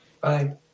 Bye